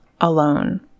alone